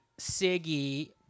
Siggy